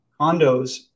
condos